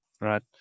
Right